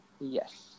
Yes